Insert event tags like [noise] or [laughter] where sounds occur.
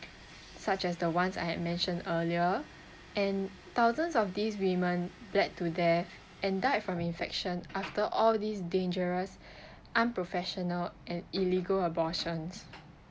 such as the ones I had mentioned earlier and thousands of these women bled to death and died from the infection after all these dangerous [breath] unprofessional and illegal abortions